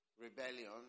rebellion